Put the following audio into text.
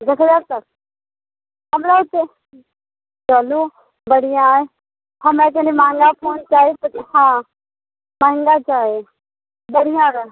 दोसरासँ हमराके चलू बढ़िआँ अइ हमरा कनि महँगा फोन चाही तऽ हँ महँगा चाही बढ़िआँ रहऽ